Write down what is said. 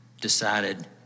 decided